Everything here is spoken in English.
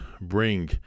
bring